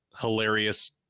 hilarious